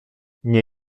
nie